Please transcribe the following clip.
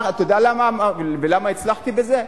אתה יודע למה הצלחתי בזה?